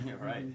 Right